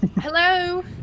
Hello